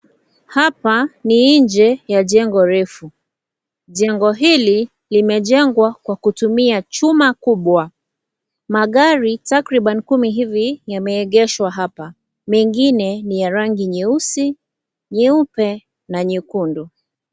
Hapa ni nje ya jengo refu jengo hili limejengwa kwa kutumia chuma kubwa. Magari takribani kumi hivi yameegeshwa hapa mengine ni ya rangi nyeusi, nyeupe na nyekundu.